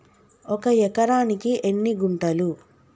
ఒక ఎకరానికి ఎన్ని గుంటలు?